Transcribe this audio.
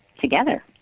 together